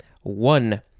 One